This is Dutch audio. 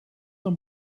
aan